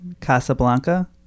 Casablanca